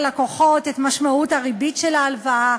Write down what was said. ללקוחות את משמעות הריבית של ההלוואה.